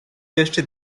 jeszcze